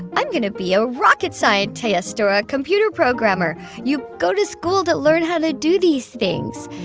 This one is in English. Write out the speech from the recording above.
i'm going to be a rocket scientist or a computer programmer. you go to school to learn how to do these things.